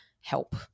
help